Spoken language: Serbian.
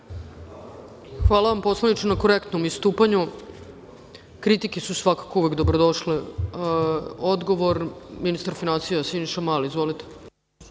Hvala vam poslaniče na korektnom istupanju. Kritike su svakako uvek dobrodošle. Odgovor ministra finansija, Siniše Malog. Izvolite.